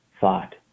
thought